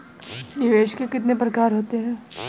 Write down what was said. निवेश के कितने प्रकार होते हैं?